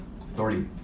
authority